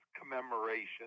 commemoration